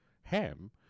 ham